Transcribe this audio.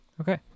Okay